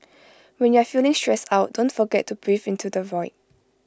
when you are feeling stressed out don't forget to breathe into the void